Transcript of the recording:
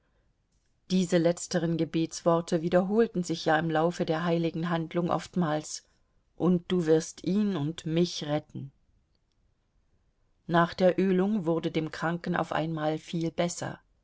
diese letzteren gebetsworte wiederholten sich ja im laufe der heiligen handlung oftmals und du wirst ihn und mich retten nach der ölung wurde dem kranken auf einmal viel besser